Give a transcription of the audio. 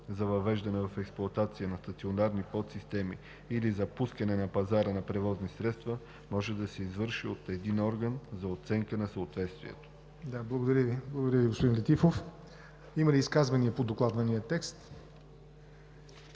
за въвеждане в експлоатация на стационарни подсистеми или за пускане на пазара на превозни средства, може да се извърши от един орган за оценка на съответствието.“ ПРЕДСЕДАТЕЛ ЯВОР НОТЕВ: Има ли изказвания по докладвания текст,